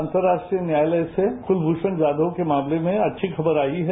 अंतर्राष्ट्रीय न्यायालय से कुलभूषण जाधव के मामले में अच्छी खबर आयी है